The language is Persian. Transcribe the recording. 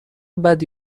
بدی